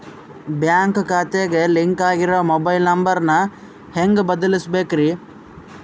Bank ಖಾತೆಗೆ link ಆಗಿರೋ mobile number ನ ಹೆಂಗ್ ಬದಲಿಸಬೇಕ್ರಿ?